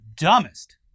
dumbest